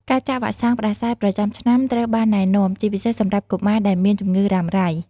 ការចាក់វ៉ាក់សាំងផ្តាសាយប្រចាំឆ្នាំត្រូវបានណែនាំ ជាពិសេសសម្រាប់កុមារដែលមានជំងឺរ៉ាំរ៉ៃ។